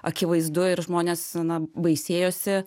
akivaizdu ir žmonės na baisėjosi